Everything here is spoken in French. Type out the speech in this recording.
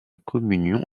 communion